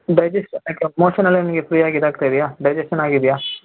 digest ಮೋಶನೆಲ್ಲ ನಿಮಗೆ ಫ್ರೀಯಾಗಿ ಇದಾಗ್ತಾ ಇದೆಯಾ ಡೈಜೆಶನ್ ಆಗಿದೆಯಾ